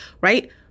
right